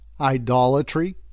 idolatry